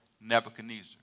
Nebuchadnezzar